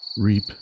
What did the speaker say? reap